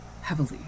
heavily